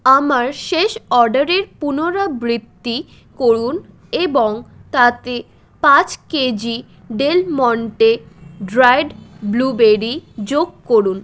আমার শেষ অর্ডারের পুনরাবৃত্তি করুন এবং তাতে পাঁচ KG Del Monte dried blueberry যোগ করুন